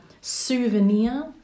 Souvenir